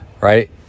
Right